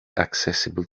accessible